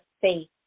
faith